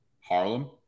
Harlem